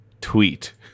Tweet